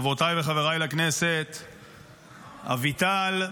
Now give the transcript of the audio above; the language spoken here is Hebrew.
חברותיי וחבריי לכנסת, אביטל,